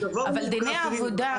אבל דיני העבודה,